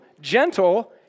gentle